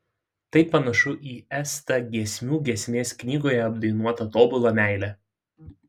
tai panašu į st giesmių giesmės knygoje apdainuotą tobulą meilę